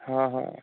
हँ हँ